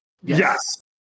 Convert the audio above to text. Yes